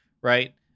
right